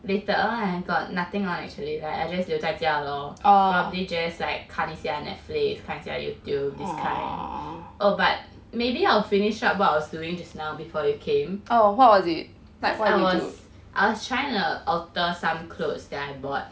later I got nothing on actually I just 留在家 lor probably just 看一下 Netflix 看一下 Youtube this kind oh but maybe I will finish up what I was doing just now before you came cause I was I was trying to err alter some clothes that I bought